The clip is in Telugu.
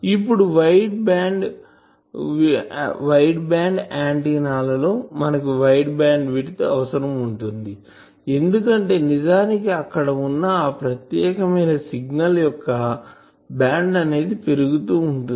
ఇప్పుడు వైడ్ బ్యాండ్ ఆంటిన్నా ల లో మనకు వైడ్ బ్యాండ్ విడ్త్ అవసరం ఉంటుంది ఎందుకంటే నిజానికి అక్కడ వున్న ఆ ప్రత్యేకమైన సిగ్నల్ యొక్క బ్యాండ్ అనేది పెరుగుతూ ఉంటుంది